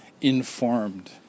informed